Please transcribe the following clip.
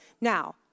Now